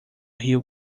riu